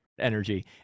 energy